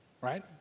Right